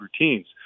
routines